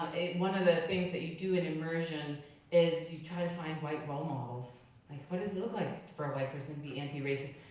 one of the things that you do in immersion is you try to find white role models. like, what does it look like for a white person to be anti-racist?